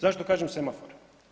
Zašto kažem semafor?